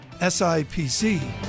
SIPC